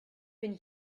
been